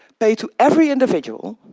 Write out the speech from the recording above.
paid to every individual,